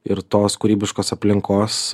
ir tos kūrybiškos aplinkos